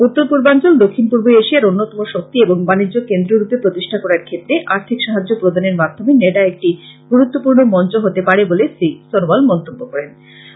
উত্তর পূর্বাঞ্চল দক্ষিন পূর্ব এশিয়ার অন্যতম শক্তি এবং বানিজ্য কেন্দ্র রূপে প্রতিষ্ঠা করার ক্ষেত্রে আর্থিক সাহায্য প্রদানের মাধ্যমে নেডা একটি গুরুত্বপূর্ন মঞ্চ হতে পারে বলে শ্রী সনোয়াল মন্তব্য করেন